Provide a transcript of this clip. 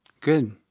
Good